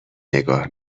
نگاه